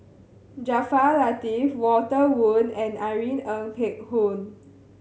Jaafar Latiff Walter Woon and Irene Ng Phek Hoong